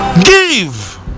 give